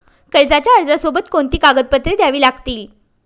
कर्जाच्या अर्जासोबत कोणती कागदपत्रे द्यावी लागतील?